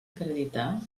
acreditar